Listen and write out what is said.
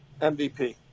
MVP